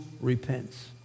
repents